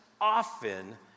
often